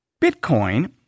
Bitcoin